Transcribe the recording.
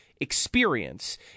experience